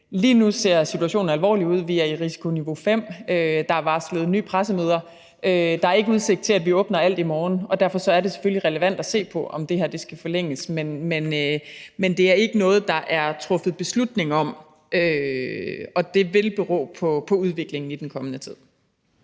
lige nu ser alvorlig ud. Vi er i risikoniveau 5. Der er varslet nye pressemøder. Der er ikke udsigt til, at vi åbner alt i morgen. Derfor er det selvfølgelig relevant at se på, om det her skal forlænges. Men det er ikke noget, der er truffet beslutning om, og det vil bero på udviklingen i den kommende tid.